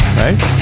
right